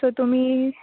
so तुमी